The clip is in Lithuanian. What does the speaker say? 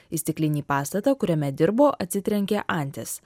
į stiklinį pastatą kuriame dirbo atsitrenkė antis